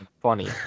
funny